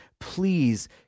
please